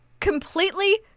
completely